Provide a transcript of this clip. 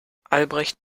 albrecht